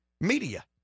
media